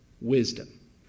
wisdom